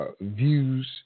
views